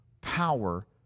power